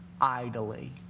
idly